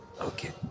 Okay